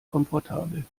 komfortabel